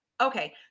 okay